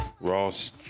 Ross